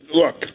look